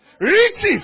Riches